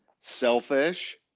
selfish